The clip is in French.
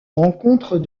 rencontre